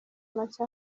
ntoki